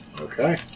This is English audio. Okay